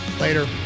Later